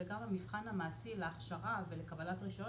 וגם המבחן המעשי להכשרה ולקבל רישיון